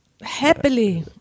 Happily